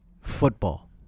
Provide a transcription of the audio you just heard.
football